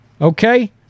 Okay